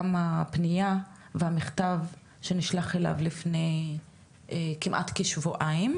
הפנייה והמכתב שנשלח אליו לפני כמעט כשבועיים,